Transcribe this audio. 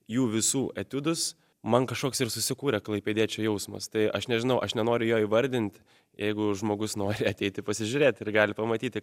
jų visų etiudus man kažkoks ir susikūrė klaipėdiečio jausmas tai aš nežinau aš nenoriu jo įvardint jeigu žmogus nori ateiti pasižiūrėti ir gali pamatyti